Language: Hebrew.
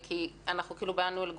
אנחנו באמת מתייחסים לשתי תופעות שונות.